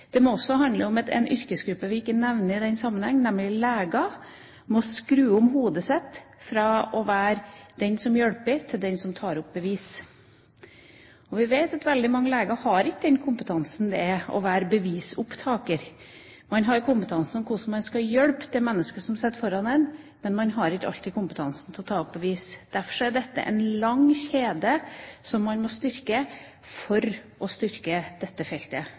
Det må også handle om at det er en yrkesgruppe vi ikke nevner i den sammenheng, nemlig leger, som må skru om hodet sitt fra å være den som hjelper, til den som tar opp bevis. Vi vet at veldig mange leger har ikke den kompetansen det innebærer å være bevisopptaker. De har kompetanse om hvordan de skal hjelpe det mennesket som sitter foran dem, men de har ikke alltid kompetanse til å ta opp bevis. Derfor er dette en lang kjede som man må styrke for å styrke dette feltet.